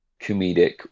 comedic